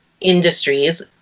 industries